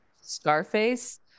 Scarface